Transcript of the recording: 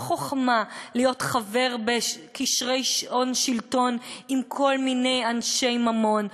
לא חוכמה להיות חבר בקשרי הון-שלטון עם כל מיני אנשי ממון,